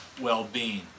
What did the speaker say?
well-being